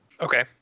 Okay